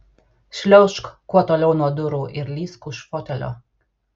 šliaužk kuo toliau nuo durų ir lįsk už fotelio